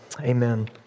amen